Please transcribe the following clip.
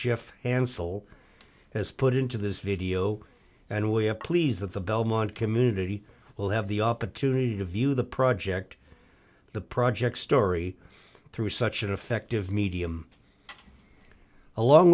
jeff ancyl has put into this video and way up please that the belmont community will have the opportunity to view the project the project story through such an effective medium along